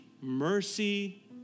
mercy